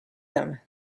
them